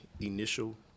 initial